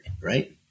right